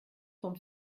vom